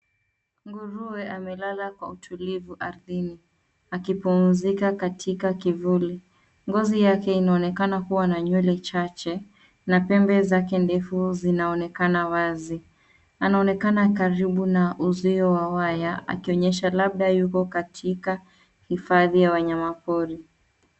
Nguruwe amelala kwa utulivu ardhini akipumzika katika kivuli. Ngozi yake inaonekana kua na nywele chache na pembe zake ndefu zinaonekana wazi. Anaonekana karibu na uzio wa waya akionyesha labda yuko katika hifadhi ya wanyama pori.